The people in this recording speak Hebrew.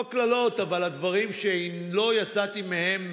לא קללות, אבל הדברים שאני לא יצאתי מהם מאושר.